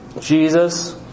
Jesus